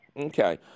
Okay